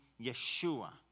Yeshua